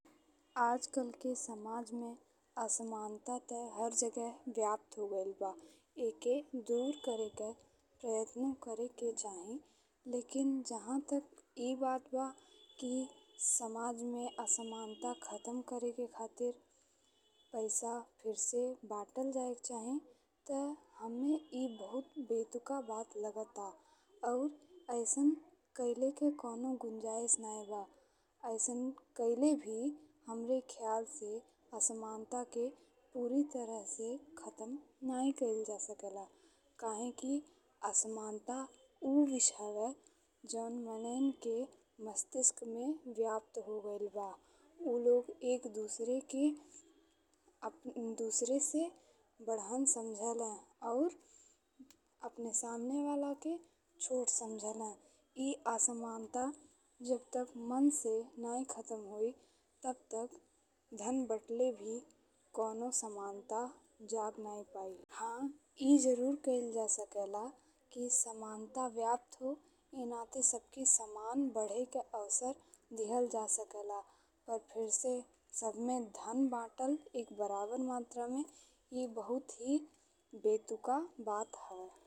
आजकल के समय में असमानता ते हर जगह व्याप्त हो गइल बा। एके दूर कइले के प्रयत्नो करेके चाही। लेकिन जहाँ तक ई बात बा कि समाज में असमानता खत्म करेके खातिर पैसा फिर से बदल जायके चाही ते हम्मे ई बहुत बेतुका बात लागत अउर अइसन कइले के काउनो गुंजाइश नहीं बा। अइसन कइले भी हमरा ख्याल से असमानता के पूरी तरह से खत्म नहीं कइल जा सकेला। काहेकि असमानता ऊ विश हवा जउन मनईन के मस्तिष्क में व्याप्त हो गइल बा। ऊ लोग एक दूसरे के दूसरे से बढ़ान समझेला और अपने सामने वाला के छोट समझेला। ई असमानता जब तक मन से नहीं खत्म होई तब तक धन बदलले भी काउनो समानता जग नहीं पाई। हाँ ई जरूर कइल जा सकेला कि समानता व्याप्त हो एह नाते सबके समान बढ़े के अवसर दिआल जा सकेला पर फिर से सबमें धन बदल एक बराबर मात्रा में ई बहुत ही बेतुका बात हवा।